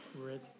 Red